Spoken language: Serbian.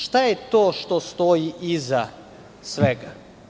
Šta je to što stoji iza svega?